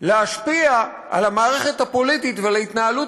להשפיע על המערכת הפוליטית ועל התנהלות